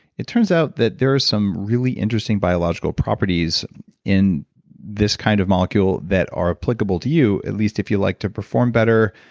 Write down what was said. it turns out that there are some really interesting biological properties in this kind of molecule that are applicable to you, at least if you like to perform better,